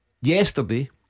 yesterday